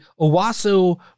Owasso